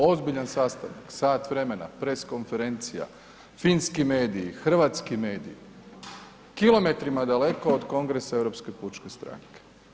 Ozbiljan sastanak, sat vremena, press konferencija, finski mediji, hrvatski mediji, kilometrima daleko od kongresa Europske pučke stranke.